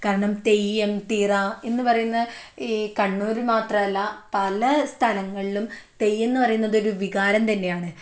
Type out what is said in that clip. കാരണം തെയ്യം തിറാ എന്ന് പറയുന്നത് ഈ കണ്ണൂരിൽ മാത്രമല്ല പല സ്ഥലങ്ങളിലും തെയ്യം എന്നു പറയുന്നത് ഒരു വികാരം തന്നെയാണ്